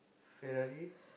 Ferrari